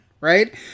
right